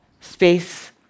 space